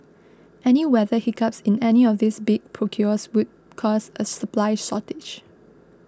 any weather hiccups in any of these big procures would cause a supply shortage